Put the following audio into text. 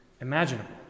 imaginable